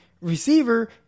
receiver